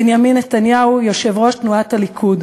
בנימין נתניהו, יושב-ראש תנועת הליכוד.